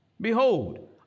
Behold